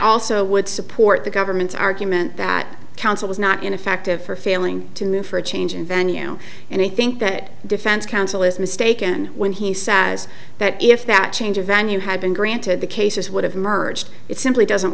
also would support the government's argument that counsel is not in affective for failing to move for a change in venue and i think that defense counsel is mistaken when he says that if that change of venue had been granted the cases would have emerged it simply doesn't